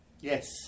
Yes